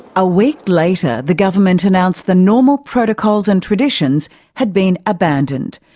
a week later the government announced the normal protocols and traditions had been abandoned,